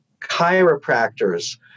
chiropractors